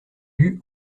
eût